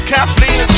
Kathleen